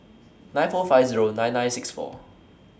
nine four five Zero nine nine six four